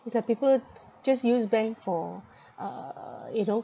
it's like people just use bank for uh you know